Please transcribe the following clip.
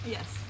Yes